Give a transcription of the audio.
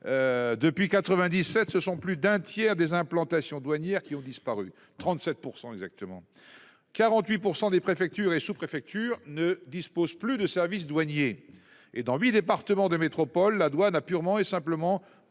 Depuis 97, ce sont plus d'un tiers des implantations douanières qui ont disparu et 37% exactement 48% des préfectures et sous-, préfectures ne dispose plus de services douaniers et dans huit départements de métropole, la douane a purement et simplement